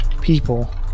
people